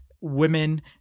women